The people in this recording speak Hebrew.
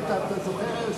אתה זוכר,